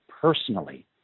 personally